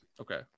okay